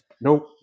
nope